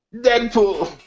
Deadpool